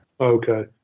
Okay